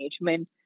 management